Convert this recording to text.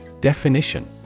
Definition